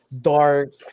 dark